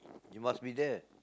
you must be there